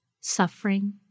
suffering